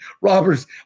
robbers